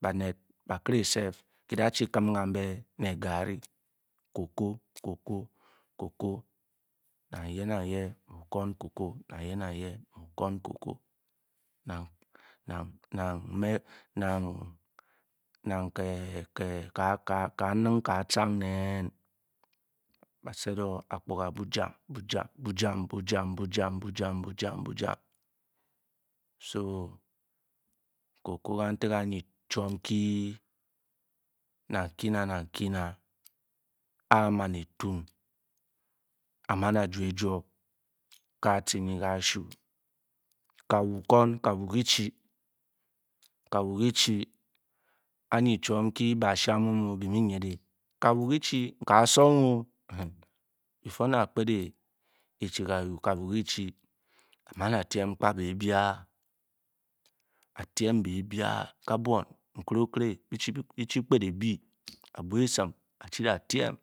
Banet bankere kyi da' Kim ka' nbé ne'garri. cocoa nang yé nang yé mu otewon cocoa. nang ke' a' nin ká cianeg nen bácé o akpuga bajam bajam so cocoa kantak anyi chwon nkyi nang kyi na. nang kyina ke a man etun a' man ajwo- ejwo ke a'ci nyi ké ashib kawu kwau. kawu kyi chi hkáá anyi chwon nkyi be-asha mu-mu mu nydeng. kawo-kyi chi nkaá song-o before ne a'kpet e-chi kawu ku-chi a'man a'tyiem kpá bebia. Kal bwon. nkere-okere bichi kpet ébi a'bwa esim a'chi tiem